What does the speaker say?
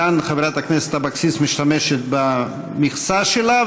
כאן חברת הכנסת אבקסיס משתמשת במכסה שלה,